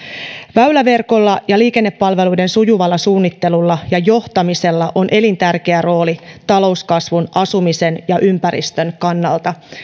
väyläverkolla ja liikennepalveluiden sujuvalla suunnittelulla ja johtamisella on elintärkeä rooli talouskasvun asumisen ja ympäristön kannalta